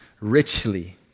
richly